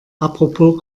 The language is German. apropos